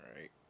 right